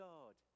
God